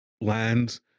lands